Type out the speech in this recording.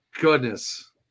goodness